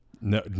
No